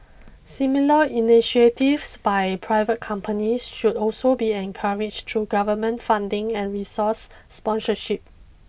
similar initiatives by private companies should also be encouraged through government funding and resource sponsorship